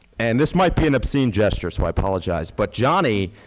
and this might be an obscene gesture, so i apologize. but johnny,